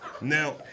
Now